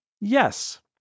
Yes